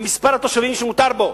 ומספר התושבים שמותרים בו.